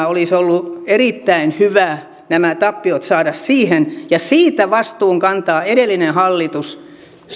olisi ollut erittäin hyvä että nämä tappiot olisivat jääneet siihen viiteen miljoonaan siitä vastuun kantaa edellinen hallitus